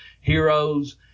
heroes